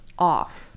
off